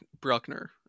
Bruckner